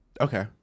okay